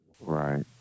Right